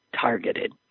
targeted